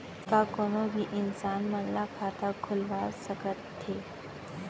का कोनो भी इंसान मन ला खाता खुलवा सकथे?